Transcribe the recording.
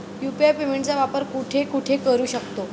UPI पेमेंटचा वापर कुठे कुठे करू शकतो?